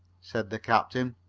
said the captain,